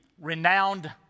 renowned